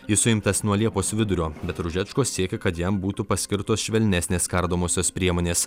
jis suimtas nuo liepos vidurio bet ružečko siekia kad jam būtų paskirtos švelnesnės kardomosios priemonės